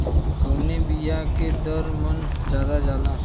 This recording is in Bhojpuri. कवने बिया के दर मन ज्यादा जाला?